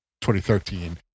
2013